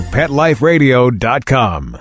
PetLiferadio.com